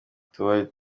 utubari